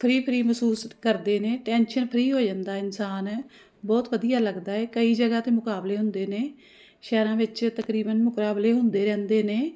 free free ਮਹਿਸੂਸ ਕਰਦੇ ਨੇ ਟੈਂਸ਼ਨ ਫਰੀ ਹੋ ਜਾਂਦਾ ਇਨਸਾਨ ਬਹੁਤ ਵਧੀਆ ਲੱਗਦਾ ਕਈ ਜਗ੍ਹਾ 'ਤੇ ਮੁਕਾਬਲੇ ਹੁੰਦੇ ਨੇ ਸ਼ਹਿਰਾਂ ਵਿੱਚ ਤਕਰੀਬਨ ਮੁਕਾਬਲੇ ਹੁੰਦੇ ਰਹਿੰਦੇ ਨੇ